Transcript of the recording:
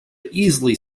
easily